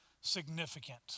significant